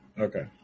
Okay